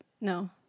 no